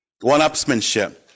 one-upsmanship